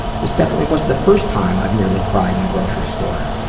this definitely wasn't the first time i've nearly cried in a grocery store.